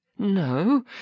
no